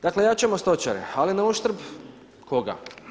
Dakle, jačamo stočare ali na uštrb, koga?